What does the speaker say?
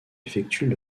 effectuent